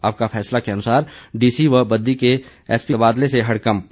आपका फैसला के अनुसार डीसी व बद्दी के एसपी के तबादले से हड़कंप